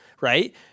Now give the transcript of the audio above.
right